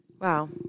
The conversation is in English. Wow